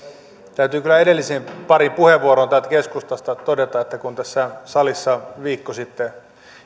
täytyy kyllä edellisiin pariin puheenvuoroon tuolta keskustasta todeta että kun tässä salissa viikko sitten